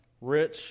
rich